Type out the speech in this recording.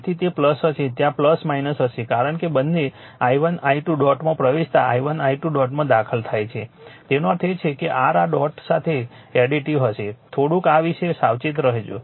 તેથી તે હશે ત્યાં હશે કારણ કે બંને i1 i2 ડોટમાં પ્રવેશતા i1 i2 ડોટમાં દાખલ થાય છે તેનો અર્થ એ છે કે r આ ડોટ સાથે તે એડિટિવ હશે થોડુંક આ વિશે સાવચેત રહો